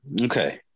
Okay